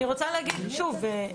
אני אגיד שאנחנו